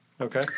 Okay